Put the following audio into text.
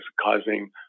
causing